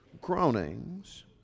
groanings